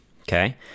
okay